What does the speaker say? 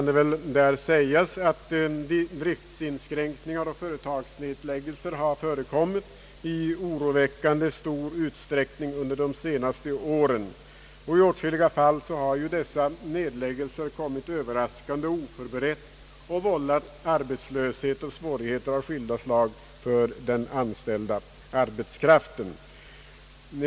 Driftsinskränkningar och företagsnedläggelser har förekommit i oroväckande stor utsträckning under de senaste åren. I åtskilliga fall har dessa nedläggelser kommit överraskande och oförberett och vållat arbetslöshet och svårigheter av skilda slag för den anställda arbetskraften.